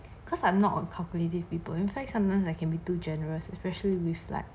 cause I'm not a calculative people in fact sometimes I can be too generous especially with like